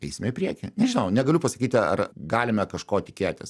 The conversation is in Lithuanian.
eisim į priekį nežinau negaliu pasakyti ar galime kažko tikėtis